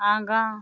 आगाँ